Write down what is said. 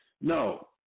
No